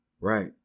right